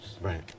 right